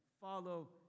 follow